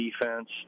defense